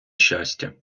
щастя